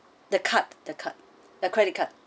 the card the card the credit card